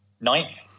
Ninth